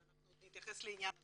ואנחנו עוד נתייחס לעניין הזה.